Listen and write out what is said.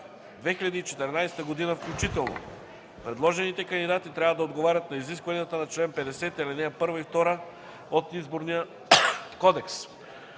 2014 г. включително. Предложените кандидати трябва да отговарят на изискванията на чл. 50, ал.1 и 2 от Изборния кодекс.